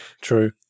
true